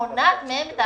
מונעת מהם.